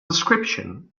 description